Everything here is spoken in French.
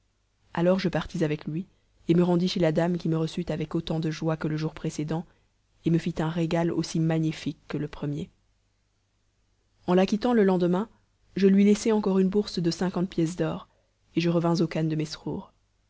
alors je partis avec lui et me rendis chez la dame qui me reçut avec autant de joie que le jour précédent et me fit un régal aussi magnifique que le premier en la quittant le lendemain je lui laissai encore une bourse de cinquante pièces d'or et je revins au khan de